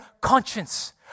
conscience